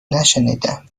نشنیدم